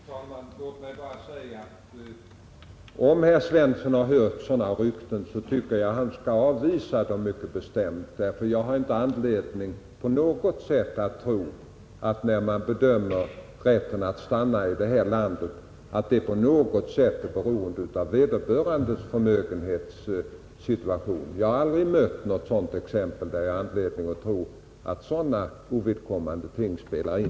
Fru talman! Låt mig bara säga en sak. Om herr Svensson i Malmö hört sådana rykten, tycker jag att han skall avvisa dem mycket bestämt. Jag har inte anledning att på något sätt tro att man bedömer rätten att stanna i detta land med hänsyn till vederbörandes förmögenhetssituation. Jag har aldrig mött något fall där jag haft anledning att tro att sådana ovidkommande ting spelat in.